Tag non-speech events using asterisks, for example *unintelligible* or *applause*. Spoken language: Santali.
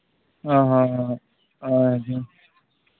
*unintelligible*